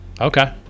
Okay